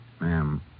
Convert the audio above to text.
Ma'am